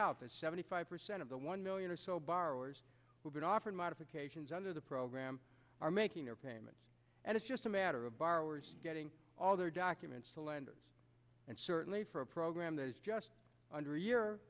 that seventy five percent of the one million or so borrowers who've been offered modifications under the program are making their payments and it's just a matter of borrowers getting all their documents to lenders and certainly for a program that is just under a year